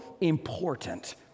important